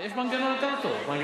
דיפרנציאלי תעשה, אי-אפשר.